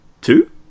two